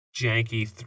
janky